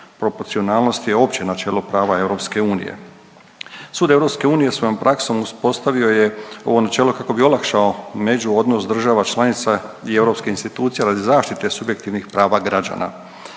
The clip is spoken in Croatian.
Proporcionalnost je opće načelo prava EU. Sud EU svojom praksom uspostavio je ovo načelo kako bi olakšao međuodnos država članica i europskih institucija radi zaštite subjektivnih prava građana.